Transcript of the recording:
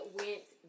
went